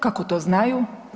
Kako to znaju?